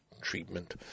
treatment